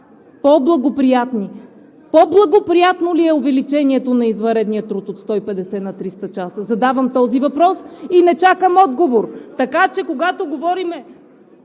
По-благоприятни! По-благоприятно ли е увеличението на извънредния труд от 150 на 300 часа? Задавам този въпрос и не чакам отговор. Така че, когато говорим